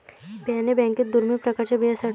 बियाणे बँकेत दुर्मिळ प्रकारच्या बिया साठवतात